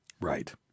Right